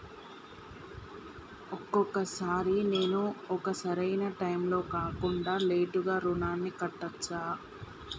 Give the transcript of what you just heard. ఒక్కొక సారి నేను ఒక సరైనా టైంలో కాకుండా లేటుగా రుణాన్ని కట్టచ్చా?